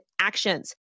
actions